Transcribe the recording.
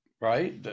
right